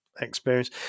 experience